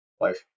life